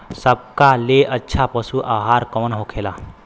सबका ले अच्छा पशु आहार कवन होखेला?